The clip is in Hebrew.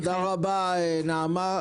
תודה רבה נעמה.